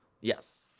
Yes